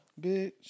Bitch